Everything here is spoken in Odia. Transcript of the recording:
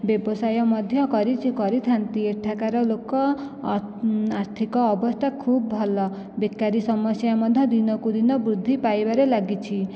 ବ୍ୟବସାୟ ମଧ୍ୟ କରିଥାନ୍ତି ଏଠାକାର ଲୋକ ଆର୍ଥିକ ଅବସ୍ତା ଖୁବ ଭଲ ବେକାରୀ ସମସ୍ୟା ମଧ୍ୟ ଦିନକୁ ଦିନ ବୃଦ୍ଧି ପାଇବାରେ ଲାଗିଛି